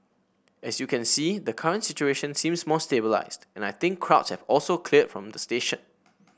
as you can see the current situation seems more stabilised and I think crowds have also cleared from the station